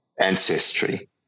ancestry